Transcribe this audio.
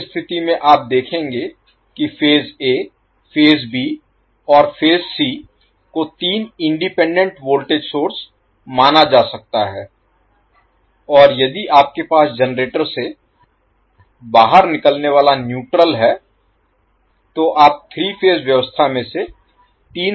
उस स्थिति में आप देखेंगे कि फेज A फेज B और फेज C को तीन इंडिपेंडेंट वोल्टेज सोर्स माना जा सकता है और यदि आपके पास जनरेटर से बाहर निकलने वाला न्यूट्रल है तो आप 3 फेज व्यवस्था में से तीन सिंगल फेज बना सकते हैं